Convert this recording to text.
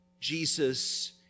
Jesus